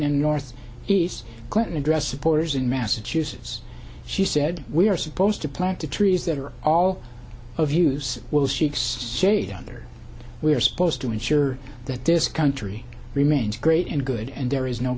in north east clinton address importers in massachusetts she said we are supposed to plant the trees that are all of use will seeks shade other we are supposed to ensure that this country remains great and good and there is no